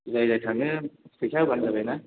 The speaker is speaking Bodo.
जाय जाय थाङो फैसा होबानो जाबाय ना